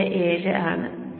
887 ആണ്